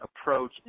approach